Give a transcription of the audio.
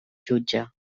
jutge